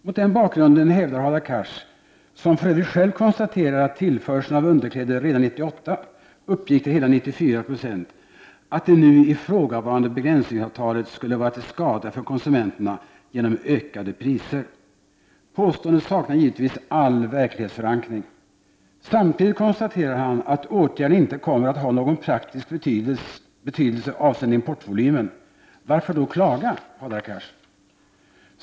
Mot den bakgrunden hävdar Hadar Cars, som för övrigt själv konstaterar att tillförseln av underkläder redan 1988 uppgick till hela 94 26, att det nu ifrågavarande begränsningsavtalet skulle vara till skada för konsumenterna genom ökade priser. Påståendet saknar givetvis all verklighetsförankring. Samtidigt konstaterar han att åtgärden inte kommer att ha någon praktisk betydelse avseende importvolymen. Varför då klaga, Hadar Cars?